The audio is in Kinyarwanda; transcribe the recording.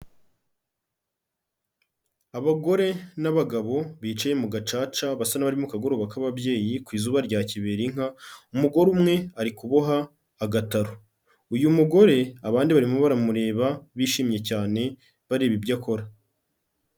Abagore n'abagabo bicaye mu gacaca basa n'abari mu kagoroba k'ababyeyi ku izuba rya kiberinka, umugore umwe ari kuboha agataro. Uyu mugore abandi barimo baramureba bishimye cyane, bareba ibyo akora.